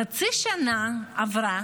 חצי שנה עברה,